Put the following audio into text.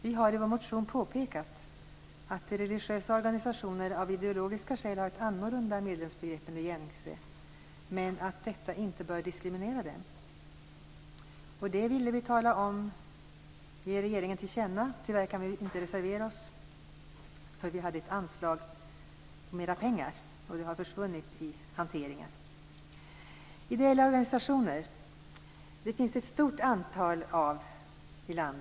I vår motion påpekar vi att de religiösa organisationerna av ideologiska skäl har ett annorlunda medlemsbegrepp än det gängse men att detta inte bör diskriminera dem. Detta vill vi ge regeringen till känna. Tyvärr kan vi inte reservera oss. Vi hade nämligen ett förslag om att mera pengar skulle anslås. Det har dock försvunnit i hanteringen. Det finns ett stort antal ideella organisationer i vårt land.